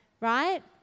Right